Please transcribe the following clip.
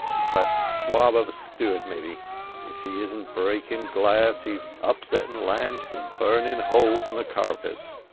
it's that swab of a steward, maybe if he isn't breaking glass, he's upsetting lamps and burning holes in the carpet.